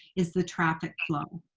is the traffic flow.